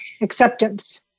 acceptance